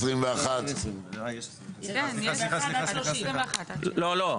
הסתייגות מספר 21. לא,